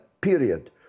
period